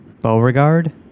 Beauregard